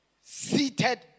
seated